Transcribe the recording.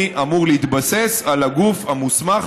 אני אמור להתבסס על הגוף המוסמך,